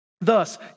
Thus